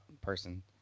person